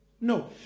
No